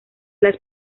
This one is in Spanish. las